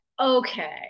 okay